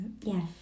Yes